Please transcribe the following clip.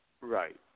Right